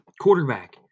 quarterback